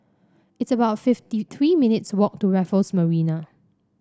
it's about fifty three minutes' walk to Raffles Marina